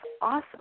awesome